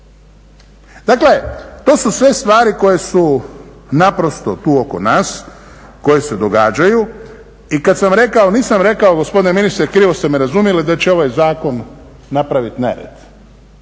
Dakle, to su sve stvari koje su naprosto tu oko nas, koje se događaju i kada sam rekao nisam rekao gospodine ministre krivo ste me razumjeli da će ovaj zakon napraviti nered.